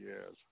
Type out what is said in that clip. Yes